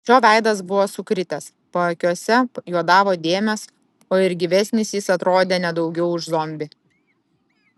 šio veidas buvo sukritęs paakiuose juodavo dėmės o ir gyvesnis jis atrodė ne daugiau už zombį